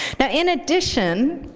now in addition,